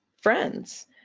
friends